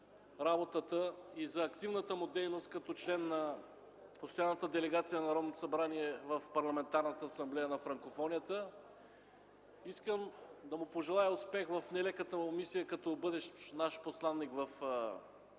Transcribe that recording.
работата и активната му дейност като член на Постоянната делегация на Народното събрание в Парламентарната асамблея на франкофонията. Искам да му пожелая успех в нелеката му мисия като бъдещ наш посланик в Тунис